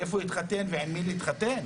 איפה יתחתן ועם מי להתחתן?